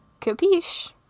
capiche